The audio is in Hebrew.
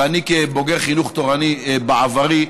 ואני כבוגר חינוך תורני בעברי,